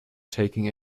taking